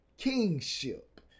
kingship